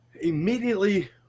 Immediately